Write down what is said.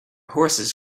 horses